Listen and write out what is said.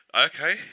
okay